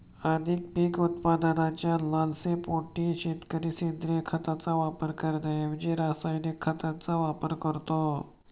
अधिक पीक उत्पादनाच्या लालसेपोटी शेतकरी सेंद्रिय खताचा वापर करण्याऐवजी रासायनिक खतांचा वापर करतो